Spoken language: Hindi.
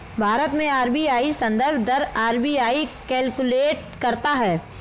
भारत में आर.बी.आई संदर्भ दर आर.बी.आई कैलकुलेट करता है